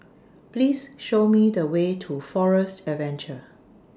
Please Show Me The Way to Forest Adventure